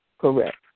Correct